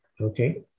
okay